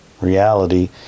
reality